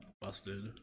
busted